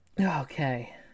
Okay